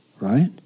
Right